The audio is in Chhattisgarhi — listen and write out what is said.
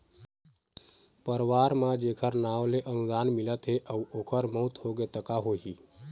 परवार म जेखर नांव ले अनुदान मिलत हे अउ ओखर मउत होगे त का होही?